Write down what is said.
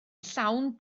llawn